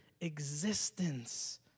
existence